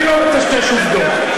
אני לא מטשטש עובדות.